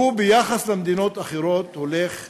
ביחס למדינות אחרות הוא הולך אחורה.